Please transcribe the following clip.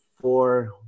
four